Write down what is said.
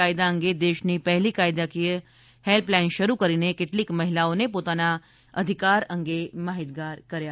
કાયદા અંગે દેશની પહેલી કાયદાકીય હેલ્પલાઇન શરૂ કરીને કેટલીક મહિલાઓને પોતાના અધિકાર અંગે માહિતગાર કરાયા